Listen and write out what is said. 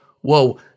whoa